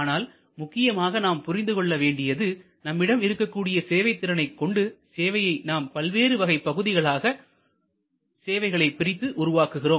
ஆனால் முக்கியமாக நாம் புரிந்து கொள்ள வேண்டியது நம்மிடம் இருக்கக்கூடிய சேவை திறனைக் கொண்டு சேவையை நாம் பல்வேறு வகை பகுதிகளாகப் சேவையை பிரித்து உருவாக்குகிறோம்